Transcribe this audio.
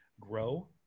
grow